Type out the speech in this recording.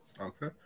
Okay